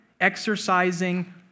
exercising